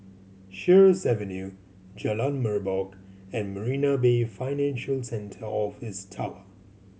Sheares Avenue Jalan Merbok and Marina Bay Financial Centre Office Tower